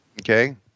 Okay